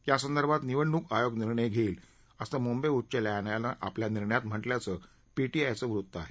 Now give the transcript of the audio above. या संदर्भात निवडणूक आयोग निर्णय घेईल असं मुंबई उच्च न्यायालयानं आपल्या निर्णयात म्हटल्याचं पीटीआयचं वृत्त आहे